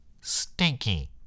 STINKY